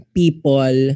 people